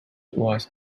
was